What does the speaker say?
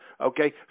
okay